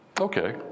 Okay